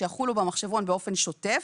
שיחולו במחשבון באופן שוטף,